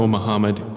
Muhammad